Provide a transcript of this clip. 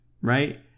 right